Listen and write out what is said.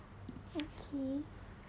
okay